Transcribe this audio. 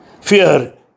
Fear